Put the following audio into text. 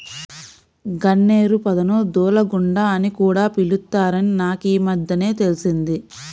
గన్నేరు పొదను దూలగుండా అని కూడా పిలుత్తారని నాకీమద్దెనే తెలిసింది